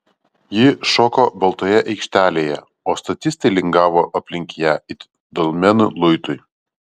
ji šoko baltoje aikštelėje o statistai lingavo aplink ją it dolmenų luitui